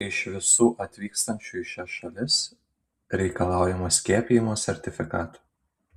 iš visų atvykstančių į šias šalis reikalaujama skiepijimo sertifikato